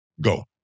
Go